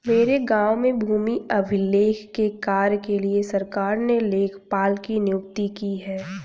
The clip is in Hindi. मेरे गांव में भूमि अभिलेख के कार्य के लिए सरकार ने लेखपाल की नियुक्ति की है